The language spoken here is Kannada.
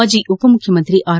ಮಾಜಿ ಉಪಮುಖ್ಯಮಂತ್ರಿ ಆರ್